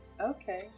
Okay